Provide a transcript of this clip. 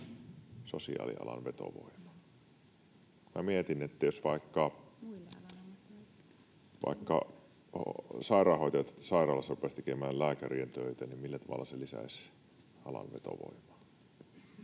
sosiaalialan vetovoimaa. Mietin, että jos vaikka sairaanhoitajat sairaalassa rupeaisivat tekemään lääkärien töitä, niin millä tavalla se lisäisi alan vetovoimaa.